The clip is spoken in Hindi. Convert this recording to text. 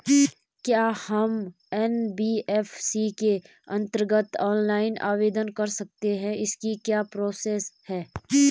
क्या हम एन.बी.एफ.सी के अन्तर्गत ऑनलाइन आवेदन कर सकते हैं इसकी क्या प्रोसेस है?